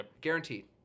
Guaranteed